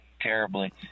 terribly